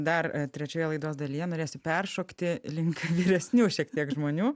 dar trečioje laidos dalyje norėsiu peršokti link vyresniųjų šiek tiek žmonių